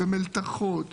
מלתחות,